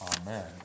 Amen